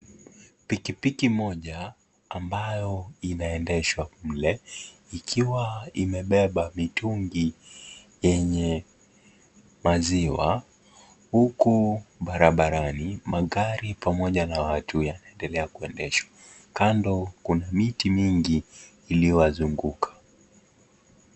Pikipiki moja ambayo inaendeshwa mle, ikiwa imebeba mitungi yenye maziwa. Huku barabarani magari pamoja na watu yanaendelea kuendeshwa. Kando kuna miti mingi iliyowazunguka.